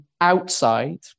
outside